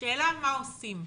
השאלה מה עושים.